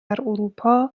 اروپا